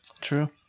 True